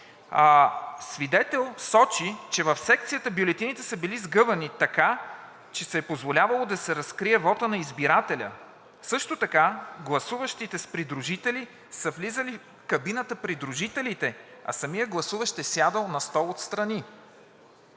Свидетел сочи, че в секцията бюлетините са били сгъвани така, че се е позволявало да се разкрие вотът на избирателя. Също така гласуващите с придружители – в кабината са влизали придружителите, а самият гласуващ е сядал на стол отстрани.